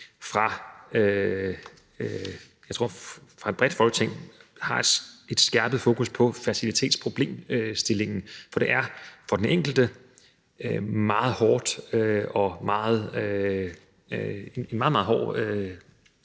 at vi bredt i Folketinget får et skærpet fokus på fertilitetsproblemsstillingen, for det er for den enkelte en meget, meget hård